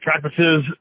practices